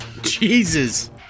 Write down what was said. Jesus